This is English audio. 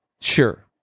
Sure